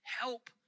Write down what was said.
help